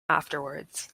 afterwards